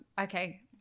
Okay